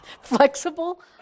Flexible